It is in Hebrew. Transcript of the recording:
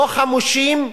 לא חמושים,